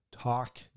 talk